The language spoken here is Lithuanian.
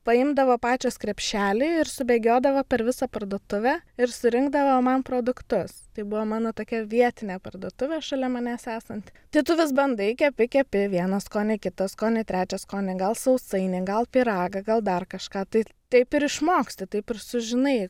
paimdavo pačios krepšelį ir subėgiodavo per visą parduotuvę ir surinkdavo man produktus tai buvo mano tokia vietinė parduotuvė šalia manęs esant tai tu vis bandai kepi kepi vieną skonį kitą skonį trečią skonį gal sausainį gal pyragą gal dar kažką tai taip ir išmoksti taip ir sužinai